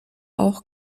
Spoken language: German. auch